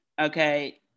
okay